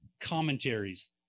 commentaries